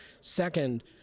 Second